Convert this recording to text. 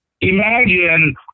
Imagine